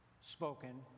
spoken